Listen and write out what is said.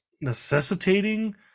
necessitating